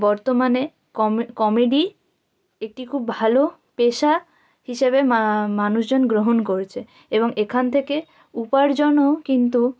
বর্তমানে কমেডি একটি খুব ভালো পেশা হিসেবে মানুষজন গ্রহণ করছে এবং এখান থেকে উপার্জনও কিন্তু